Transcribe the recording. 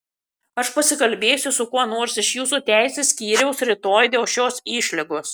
aš pasikalbėsiu su kuo nors iš jūsų teisės skyriaus rytoj dėl šios išlygos